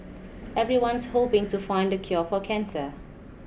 everyone's hoping to find the cure for cancer